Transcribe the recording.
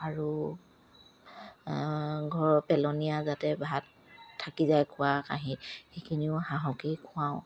আৰু ঘৰৰ পেলনীয়া যাতে ভাত থাকি যায় খোৱা কাঁহী সেইখিনিও হাঁহকেই খুৱাওঁ